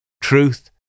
Truth